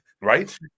Right